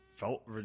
Felt